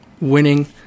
winning